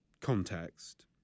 context